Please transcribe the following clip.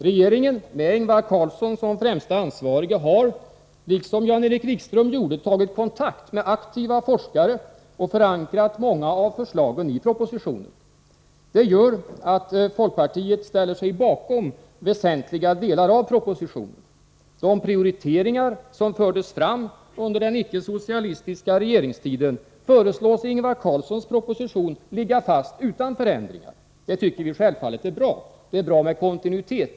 Regeringen, med Ingvar Carlsson som främste ansvarige, har — liksom Jan-Erik Wikström gjorde — tagit kontakt med aktiva forskare och förankrat många av förslagen i propositionen. Detta gör att folkpartiet ställer sig bakom väsentliga delar av propositionen. De prioriteringar som fördes fram under den icke-socialistiska regeringstiden föreslås i Ingvar Carlssons proposition ligga fast utan förändringar. Det tycker vi självfallet är bra. Det är bra med kontinuitet.